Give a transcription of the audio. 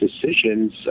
decisions